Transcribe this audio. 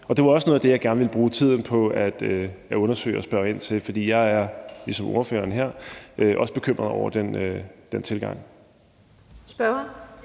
Det var også noget af det, jeg gerne vil bruge tiden på at undersøge og spørge ind til, for jeg er ligesom spørgeren også bekymret over den tilgang.